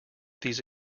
these